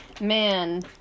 man